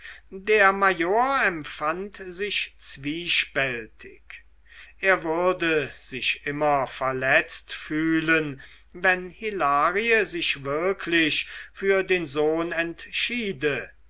der major empfand sich zwiespältig er würde sich immer verletzt fühlen wenn hilarie sich wirklich für den sohn entschiede